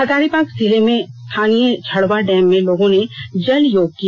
हजारीबाग जिले में स्थानीय छड़वा डैम में लोगों ने जल योग किया